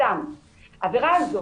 העבירה הזאת,